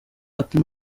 ati